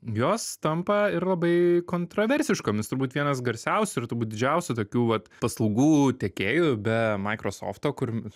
jos tampa ir labai kontraversiškomis turbūt vienas garsiausių ir turbūt didžiausi tokių vat paslaugų tiekėju be microsofto kur